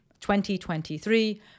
2023